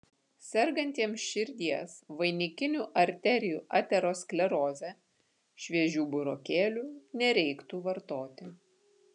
sergantiems širdies vainikinių arterijų ateroskleroze šviežių burokėlių nereiktų vartoti